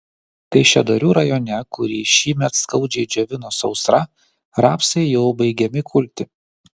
kaišiadorių rajone kurį šįmet skaudžiai džiovino sausra rapsai jau baigiami kulti